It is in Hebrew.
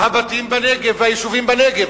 הבתים בנגב, היישובים בנגב.